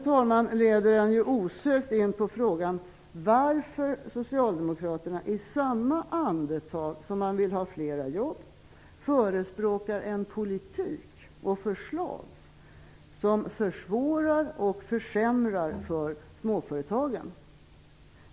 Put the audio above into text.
Detta leder en osökt in på frågan: Varför förespråkar socialdemokraterna förslag, och en politik, som försvårar och försämrar för småföretagen i samma andetag som de vill ha fler jobb?